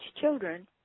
children